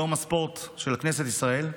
יום הספורט של כנסת ישראל.